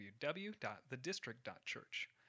www.thedistrict.church